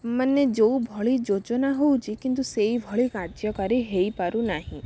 ମାନେ ଯେଉଁ ଭଳି ଯୋଜନା ହେଉଛି କିନ୍ତୁ ସେହିଭଳି କାର୍ଯ୍ୟକାରୀ ହେଇପାରୁନାହିଁ